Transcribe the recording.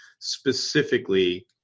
specifically